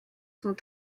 sont